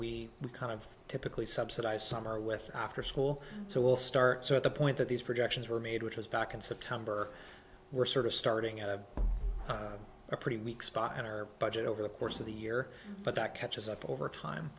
so we kind of typically subsidize summer with after school so we'll start so at the point that these projections were made which was back in september we're sort of starting at a pretty weak spot in our budget over the course of the year but that catches up over time